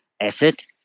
asset